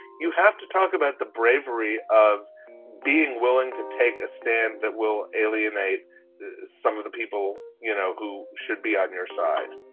you have to talk about the bravery of being willing to take a stand that will alienate some of the people, you know, who should be on your side